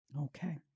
Okay